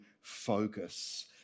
focus